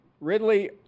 ridley